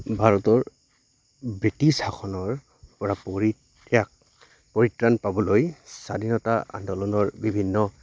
ভাৰতৰ ব্ৰিটিছ শাসনৰ পৰা পৰিতাক পৰিত্ৰাণ পাবলৈ স্বাধীনতা আন্দোলনৰ বিভিন্ন